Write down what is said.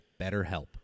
BetterHelp